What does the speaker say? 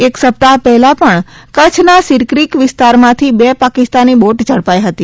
એક સપ્તાહ પહેલા પણ કચ્છના સિરક્રીક વિસ્તારમાંથી બે પાકિસ્તાની બોટ ઝડપાઇ હતી